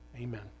amen